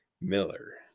Miller